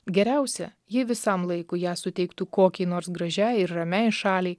geriausia jei visam laikui ją suteiktų kokiai nors gražiai ir ramiai šaliai